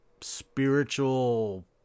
spiritual